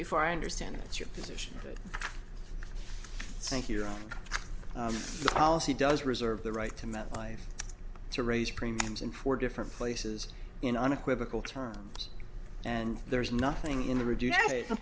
before i understand it your position thank you policy does reserve the right to metlife to raise premiums in four different places in unequivocal terms and there is nothing in the reduce the